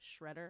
Shredder